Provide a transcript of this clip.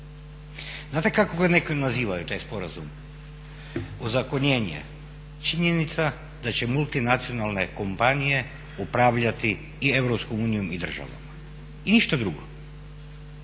Znate kako ga neki nazivaju, taj sporazum? Ozakonjenje. Činjenica da će multinacionalne kompanije upravljati i Europskom unijom i državom i ništa drugo.